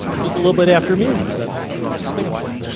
just a little bit after me singapore.